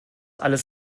alles